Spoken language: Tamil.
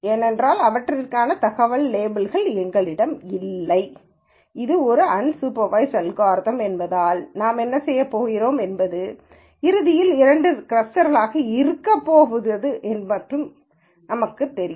ஏனென்றால் இவற்றிற்கான தகவல் லேபிள்கள் எங்களிடம் இல்லை இது ஒரு அன்சூப்பர்வய்ஸ்ட் அல்காரிதம் என்பதால் நாம் என்ன செய்கிறோம் என்பது இறுதியில் இரண்டு கிளஸ்டர்களாக இருக்கப்போகிறது என்பது எங்களுக்குத் தெரியும்